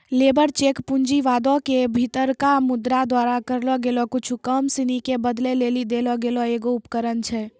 labour cheque पूँजीवादो के भीतरका मुद्रा द्वारा करलो गेलो कुछु काम सिनी के बदलै लेली देलो गेलो एगो उपकरण छै